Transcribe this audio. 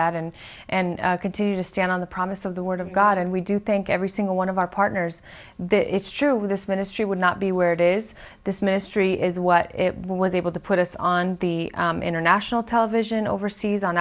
that and and continue to stand on the promise of the word of god and we do thank every single one of our partners that it's true with this ministry would not be where it is this ministry is what it was able to put us on the international television overseas